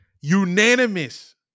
unanimous